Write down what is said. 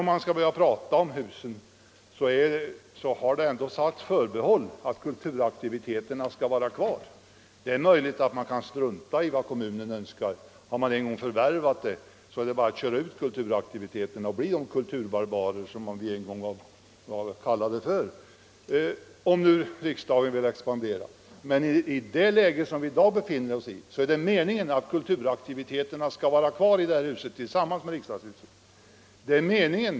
Om man sedan skall behöva tala om husen, så har det ändå gjorts förbehåll för att kulturaktiviteterna skall vara kvar. Det är möjligt att vi kan strunta i vad kommunen önskar. Har vi en gång förvärvat huset är det bara att köra ut kulturaktiviteterna, om nu riksdagen vill expandera, och bli de kulturbarbarer som vi en gång beskyllts för att vara. Men i det läge som vi i dag befinner oss i är det meningen att kulturaktiviteterna skall vara kvar i detta hus tillsammans med riksdagen.